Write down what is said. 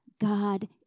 God